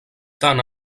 tant